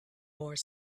more